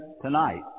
tonight